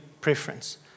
preference